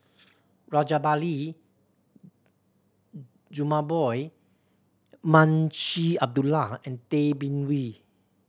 Rajabali Jumabhoy Munshi Abdullah and Tay Bin Wee